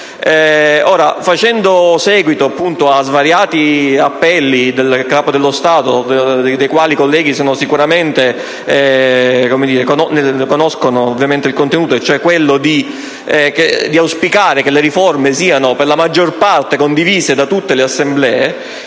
Ora, facendo seguito a svariati appelli del Capo dello Stato, dei quali i colleghi conoscono sicuramente il contenuto, nei quali è stato espresso l'auspicio che le riforme siano per la maggior parte condivise da tutte le Assemblee,